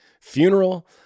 funeral